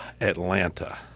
Atlanta